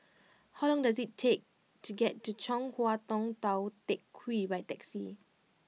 how long does it take to get to Chong Hua Tong Tou Teck Hwee by taxi